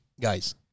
guys